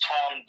Tom